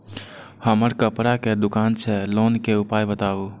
हमर कपड़ा के दुकान छै लोन के उपाय बताबू?